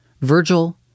Virgil